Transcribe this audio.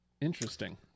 Interesting